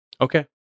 Okay